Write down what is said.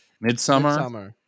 Midsummer